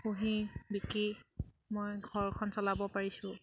পুহি বিকি মই ঘৰখন চলাব পাৰিছোঁ